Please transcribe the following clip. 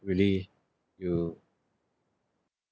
really you